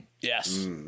Yes